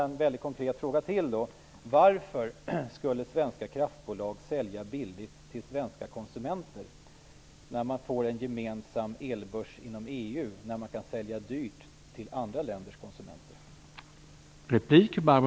En konkret fråga till: Varför skulle svenska kraftbolag sälja billigt till svenska konsumenter när man får en gemensam elbörs inom EU där man kan sälja dyrt till andra länders konsumenter?